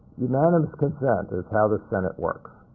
unanimous consent is how the senate works.